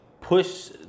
push